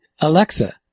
Alexa